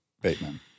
Bateman